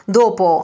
dopo